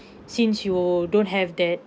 since you don't have that